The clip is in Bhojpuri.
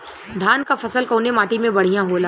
धान क फसल कवने माटी में बढ़ियां होला?